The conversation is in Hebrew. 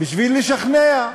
בשביל לשכנע.